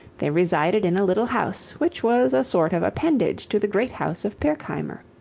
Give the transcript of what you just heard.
they resided in a little house which was a sort of appendage to the great house of pirkheimer.